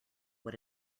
what